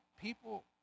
people